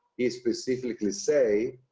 he specifically say,